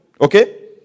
Okay